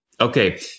Okay